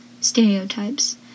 stereotypes